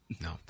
No